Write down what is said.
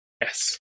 Yes